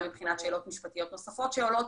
גם שאלות משפטיות נוספות שעולות